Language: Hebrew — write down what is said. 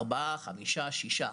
ארבעה, חמישה, שישה.